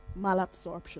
malabsorption